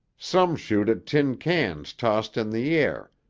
some shoot at tin cans tossed in the air,